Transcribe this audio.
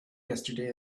yesterday